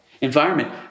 environment